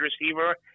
receiver